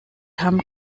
hamm